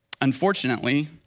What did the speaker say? Unfortunately